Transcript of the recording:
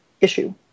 issue